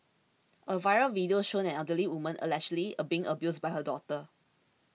a viral video showing an elderly woman allegedly a being abused by her daughter